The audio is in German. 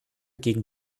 gegen